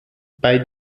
bei